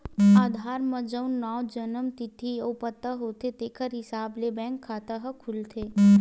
आधार म जउन नांव, जनम तिथि अउ पता होथे तेखर हिसाब ले बेंक खाता ह खुलथे